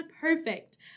perfect